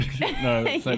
No